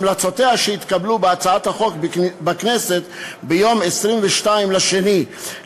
המלצותיה התקבלו בהצעת החוק שנתקבלה בכנסת ביום 22 בפברואר